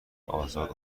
ازاد